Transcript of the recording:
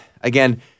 again